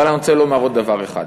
אבל אני רוצה לומר עוד דבר אחד.